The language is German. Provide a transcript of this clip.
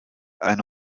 eine